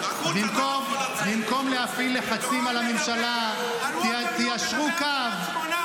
--- במקום להפעיל לחצים על הממשלה תיישרו קו,